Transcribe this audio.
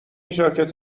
ژاکت